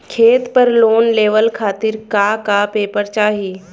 खेत पर लोन लेवल खातिर का का पेपर चाही?